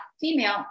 female